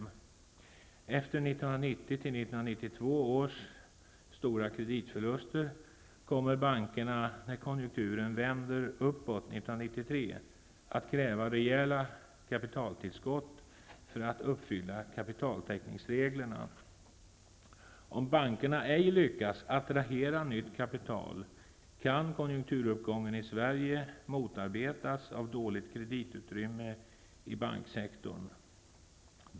Efter 1990--1992 års stora kreditförlutser kommer bankerna -- när konjunkturen vänder uppåt 1993 -- att kräva rejäla kapitaltillskott för att uppfylla kapitaltäckningsreglerna. Om bankerna ej lyckas attrahera nytt kapital, kan konjunkturuppgången i Sverige motarbetas av dåligt kreditutrymme i banksektorn.